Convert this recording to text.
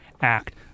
act